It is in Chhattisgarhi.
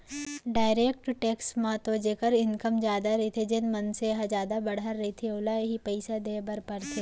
डायरेक्ट टेक्स म तो जेखर इनकम जादा रहिथे जेन मनसे ह जादा बड़हर रहिथे ओला ही पइसा देय बर परथे